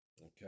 okay